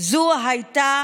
אני חוששת שנתרגל להנהגה